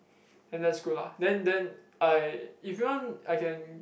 then that's good lah then then I if you want I can